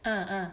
uh uh